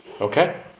Okay